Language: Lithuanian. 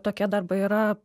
tokie darbai yra